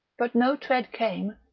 but no tread came,